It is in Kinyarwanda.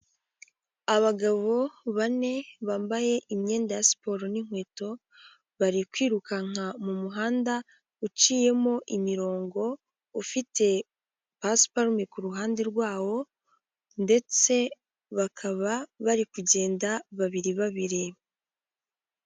Abagabo bane bambaye imyenda ya siporo n'inkweto, bari kwirukanka mu muhanda uciyemo imirongo ufite pasiparume ku ruhande rwawo ndetse bakaba bari kugenda babiri babiri.